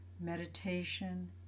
meditation